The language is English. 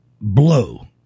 blow